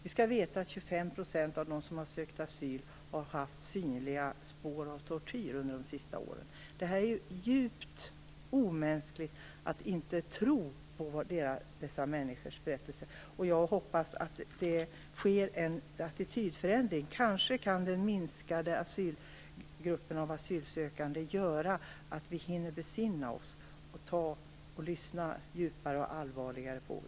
Vi skall veta att 25 % av dem som har sökt asyl under de senaste åren har haft synliga spår av tortyr. Det är djupt omänskligt att inte tro på dessa människors berättelser. Jag hoppas att det sker en attitydförändring. Kanske kan den minskade gruppen av asylsökande göra att vi hinner besinna oss och lyssna djupare och allvarligare.